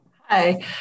Hi